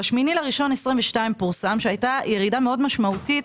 ב-8.1.22 פורסם שהייתה ירידה משמעותית